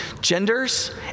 genders